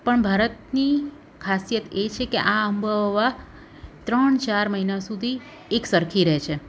પણ ભારતની ખાસિયત એ છે કે આ આબોહવા ત્રણ ચાર મહિના સુધી એકસરખી રહે છે